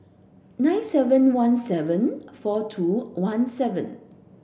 nine seven one seven four two one seven